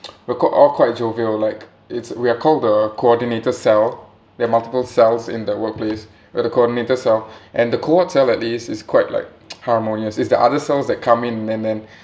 we're qu~ all quite jovial like it's we are called the coordinator cell there're multiple cells in the workplace we're the coordinator cell and the coord cell at least is quite like harmonious it's the other cells that come in and then